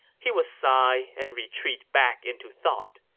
he would sigh and retreat back into thought.